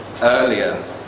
earlier